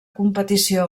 competició